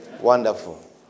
Wonderful